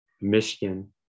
Michigan